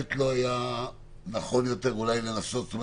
נכון יותר, תוך